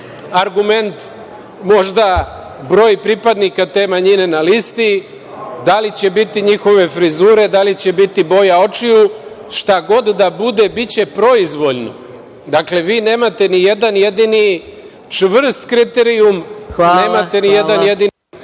argument možda broj pripadnika te manjine na listi, da li će biti njihove frizure, da li će biti boja očiju, šta god da bude biće proizvoljno. Dakle, vi nemate nijedan jedini čvrst kriterijum, nemate nijedan